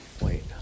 Wait